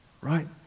right